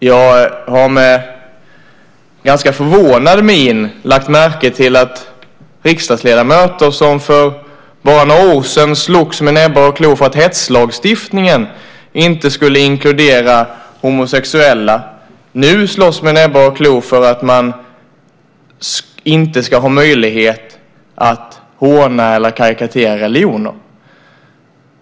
Jag har med ganska förvånad min lagt märke till att riksdagsledamöter som för bara några år sedan slogs med näbbar och klor för att hetslagstiftningen inte skulle inkludera homosexuella nu slåss med näbbar och klor för att man inte ska ha möjlighet att håna eller karikera religioner.